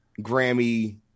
Grammy